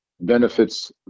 benefits